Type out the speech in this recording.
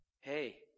hey